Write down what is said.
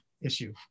issue